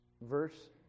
Verse